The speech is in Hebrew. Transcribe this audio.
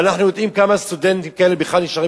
ואנחנו יודעים כמה סטודנטים כאלה בכלל נשארים